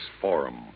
forum